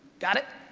got it?